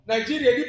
Nigeria